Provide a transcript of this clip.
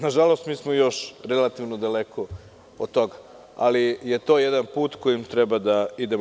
Na žalost, mi smo još relativno daleko od toga, ali je to jedan put kojim treba da idemo.